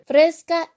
Fresca